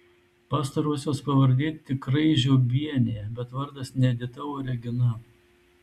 pastarosios pavardė tikrai žiobienė bet vardas ne edita o regina